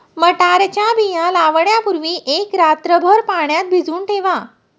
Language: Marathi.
मटारच्या बिया लावण्यापूर्वी एक रात्रभर पाण्यात भिजवून ठेवा